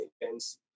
events